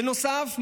בנוסף,